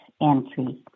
entry